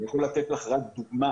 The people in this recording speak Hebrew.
אני יכול לתת לך רק דוגמה.